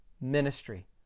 ministry